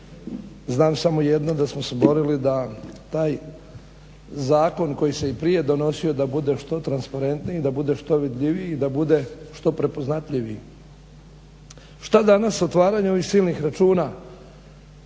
znam samo jedno, da smo se borili da taj zakon koji se i prije donosio da bude što transparentniji i da bude što vidljiviji i da bude što prepoznatljiviji. Što danas otvaranje ovih silnih računa